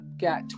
got